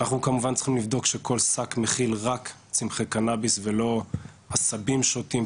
אנחנו כמובן צריכים לבדוק שכל שק מכיל רק צמחי קנאביס ולא עשבים שוטים,